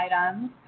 items